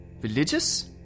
Religious